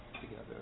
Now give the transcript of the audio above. together